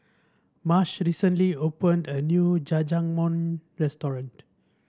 Marsh recently opened a new Jajangmyeon Restaurant